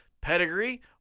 Pedigree